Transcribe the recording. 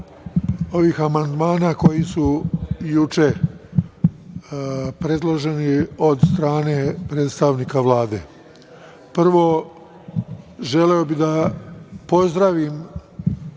ovih amandmana koji su juče predloženi od strane predstavnika Vlade. Prvo, želeo bih da pozdravim